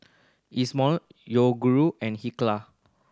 Isomil Yoguru and Hilker